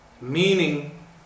meaning